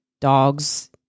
dogs